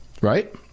Right